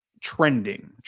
trending